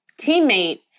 teammate